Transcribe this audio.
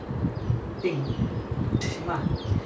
marriage proposal ya